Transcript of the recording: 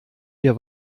dir